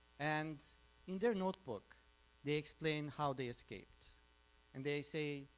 and in their notebook they explain how they escaped and they say